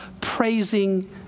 praising